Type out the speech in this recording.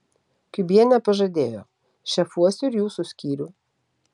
kiubienė pažadėjo šefuosiu ir jūsų skyrių